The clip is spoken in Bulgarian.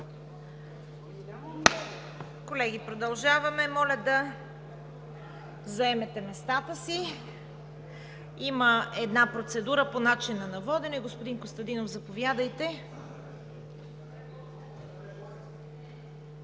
Колеги, продължаваме. Моля да заемете местата си. Има процедура по начина на водене. Господин Костадинов, заповядайте.